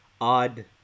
odd